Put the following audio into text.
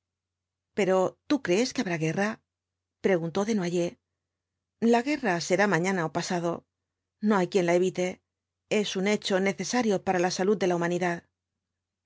pero tú crees que habrá guerra preguntó desnoyers la guerra será mañana ó pasado no hay quien la evite es un hecho necesario para la salud de la humanidad